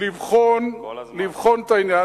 לבחון את העניין.